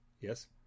Yes